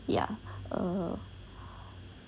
yeah uh